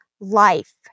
life